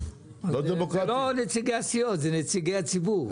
זה לא נציגי הסיעות זה נציגי הציבור.